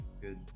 Good